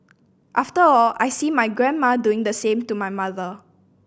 after all I see my grandma doing the same to my mother